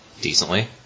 decently